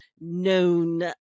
known